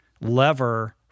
lever